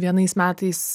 vienais metais